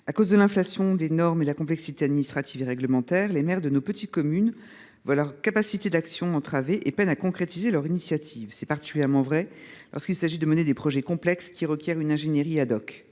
À cause de l’inflation des normes et de la complexité administrative et réglementaire, les maires de nos petites communes voient leur capacité d’action entravée et peinent à concrétiser leurs initiatives. C’est particulièrement le cas lorsqu’il s’agit de mener des projets complexes qui requièrent une ingénierie.